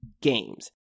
games